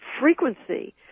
frequency